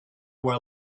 were